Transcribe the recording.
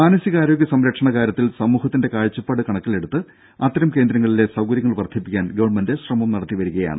മാനസികാരോഗ്യ സംരക്ഷണ കാര്യത്തിൽ സമൂഹത്തിന്റെ കാഴ്ചപ്പാട് കണക്കിലെടുത്ത് അത്തരം കേന്ദ്രങ്ങളിലെ സൌകര്യങ്ങൾ വർധിപ്പിക്കാൻ ഗവൺമെന്റ് ശ്രമം നടത്തിവരികയാണ്